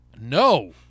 No